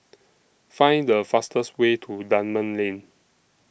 Find The fastest Way to Dunman Lane